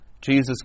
Jesus